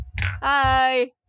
hi